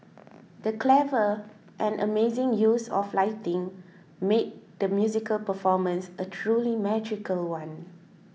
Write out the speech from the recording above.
the clever and amazing use of lighting made the musical performance a truly magical one